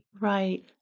Right